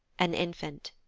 an infant.